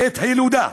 את הילודה.